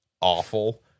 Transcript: awful